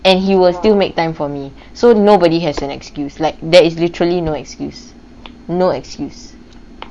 and he will still make time for me so nobody has an excuse like there is literally no excuse no excuse